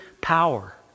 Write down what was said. power